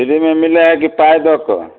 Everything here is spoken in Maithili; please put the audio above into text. फ्रीमे मिलैए कि पाइ दऽ कऽ